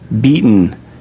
beaten